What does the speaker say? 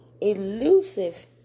Elusive